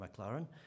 McLaren